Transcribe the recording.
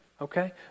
okay